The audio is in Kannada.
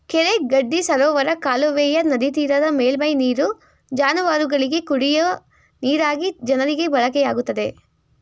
ಕೆರೆ ಗಡ್ಡಿ ಸರೋವರ ಕಾಲುವೆಯ ನದಿತೀರದ ಮೇಲ್ಮೈ ನೀರು ಜಾನುವಾರುಗಳಿಗೆ, ಕುಡಿಯ ನೀರಾಗಿ ಜನರಿಗೆ ಬಳಕೆಯಾಗುತ್ತದೆ